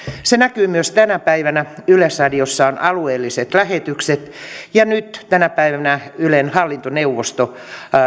se näkyy myös tänä päivänä yleisradiossa on alueelliset lähetykset ja nyt tänä päivänä ylen hallintoneuvosto